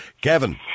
Kevin